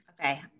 Okay